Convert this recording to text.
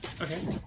okay